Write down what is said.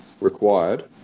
required